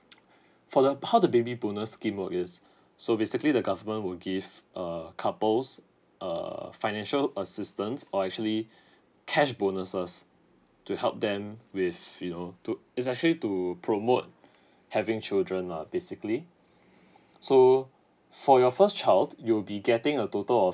for the how the baby bonus scheme work is so basically the government will give err couples err financial assistance or actually cash bonuses to help them with you know to is actually to promote having children lah basically so for your first child you will be getting a total of